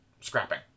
scrapping